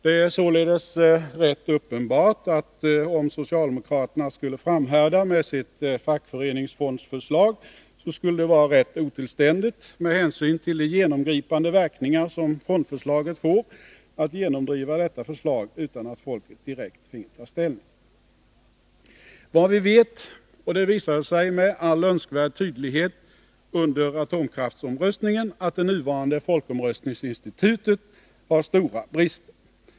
Det är således rätt uppenbart, att om socialdemokraterna skulle framhärda med sitt förslag till fackföreningsfonder, skulle det vara rätt otillständigt — med hänsyn till de genomgripande verkningar som fondförslaget får — att genomdriva detta förslag utan att folket direkt finge ta ställning. Vi vet — det visade med all önskvärd tydlighet atomkraftsomröstningen — att det nuvarande folkomröstningsinstitutet har stora brister.